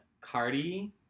Cardi